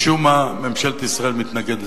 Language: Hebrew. משום מה ממשלת ישראל מתנגדת.